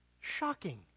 Shocking